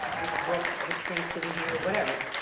this book, this thing sitting here, whatever.